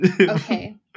Okay